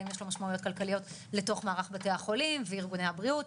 האם יש לו משמעויות כלכליות לתוך מערך בתי החולים וארגוני הבריאות,